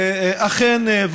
אכן,